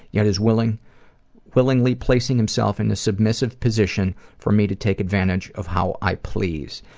yet is willingly willingly placing himself in a submissive position for me to take advantage of how i please.